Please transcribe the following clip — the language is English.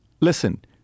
listen